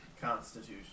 Constitution